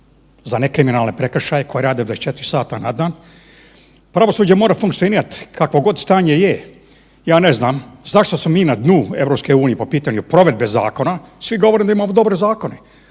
za ne kriminalne prekršaje koji rade 24 sata na dan. Pravosuđe mora funkcionirati kakvog god stanje je, ja ne znam zašto smo mi na dnu EU po pitanju provedbe zakona, a svi govore da imamo dobre zakone.